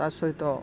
ତା ସହିତ